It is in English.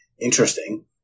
interesting